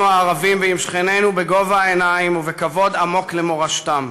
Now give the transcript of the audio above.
הערבים ועם שכנינו בגובה העיניים ובכבוד עמוק למורשתם,